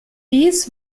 dies